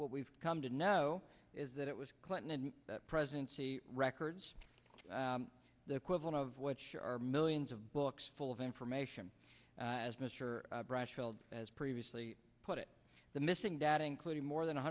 what we've come to know is that it was clinton and presidency records the equivalent of which are millions of books full of information as mr brassfield as previously put it the missing data including more than